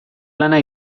lana